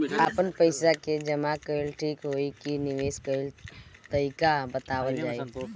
आपन पइसा के जमा कइल ठीक होई की निवेस कइल तइका बतावल जाई?